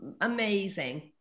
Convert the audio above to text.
amazing